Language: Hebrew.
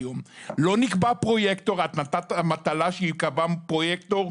אתה סמנכ"ל הפיקוח על קופות החולים,